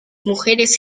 mujeres